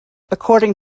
according